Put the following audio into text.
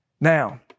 Now